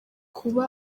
kuba